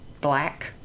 black